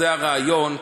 זה הרעיון,